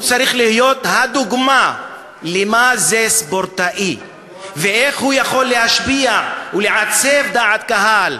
הוא צריך להיות הדוגמה לספורטאי ואיך הוא יכול להשפיע ולעצב דעת קהל,